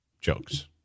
jokes